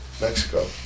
Mexico